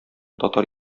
татар